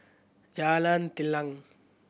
Jalan Telang